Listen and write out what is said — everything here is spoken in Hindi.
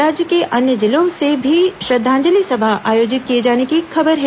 राज्य के अन्य जिलों से भी श्रद्दांजलि सभा आयोजित किए जाने की खबर है